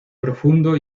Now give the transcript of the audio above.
profundo